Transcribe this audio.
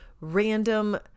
random